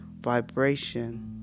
vibration